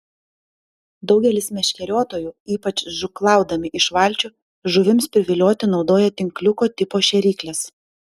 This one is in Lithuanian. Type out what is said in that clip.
daugelis meškeriotojų ypač žūklaudami iš valčių žuvims privilioti naudoja tinkliuko tipo šėrykles